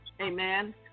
Amen